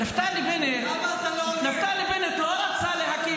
נפתלי בנט לא רצה להקים